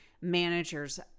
managers